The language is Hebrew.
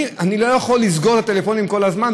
אני לא יכול לסגור את הטלפונים כל הזמן,